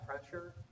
pressure